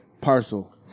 parcel